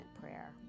prayer